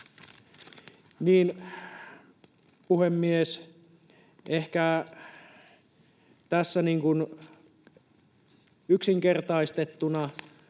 Puhemies! Ehkä tässä yksinkertaistettuna.